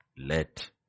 let